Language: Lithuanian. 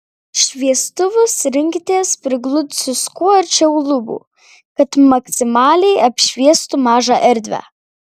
šviestuvus rinkitės prigludusius kuo arčiau lubų kad maksimaliai apšviestų mažą erdvę